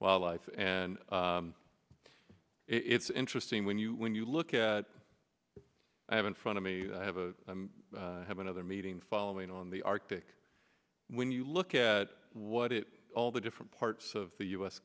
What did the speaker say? wildlife and it's interesting when you when you look at i have in front of me i have a have another meeting following on the arctic when you look at what it all the different parts of the u